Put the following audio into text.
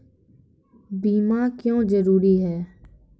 बीमा क्यों जरूरी हैं?